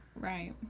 Right